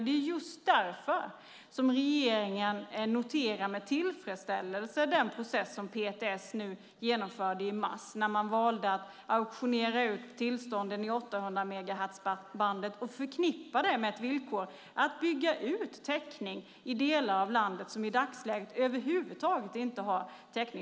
Det är just därför som regeringen med tillfredsställelse noterar den process som PTS genomförde i mars när man valde att auktionera ut tillstånden i 800-megahertzbandet och förknippa det med ett villkor att bygga ut täckning i delar av landet som i dagsläget över huvud taget inte har täckning.